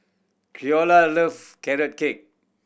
Creola love Carrot Cake